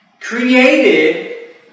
created